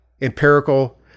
empirical